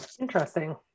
interesting